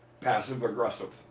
passive-aggressive